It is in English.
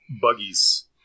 buggies